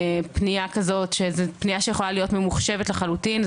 ופנייה כזו, שיכולה להיות ממוחשבת לחלוטין.